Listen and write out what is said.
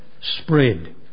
spread